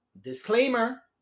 Disclaimer